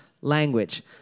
language